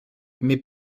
mais